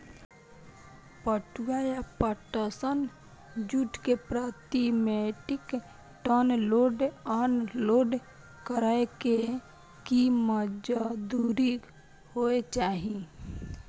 पटुआ या पटसन, जूट के प्रति metric ton load unload करै के की मजदूरी होय चाही?